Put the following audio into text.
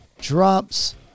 drops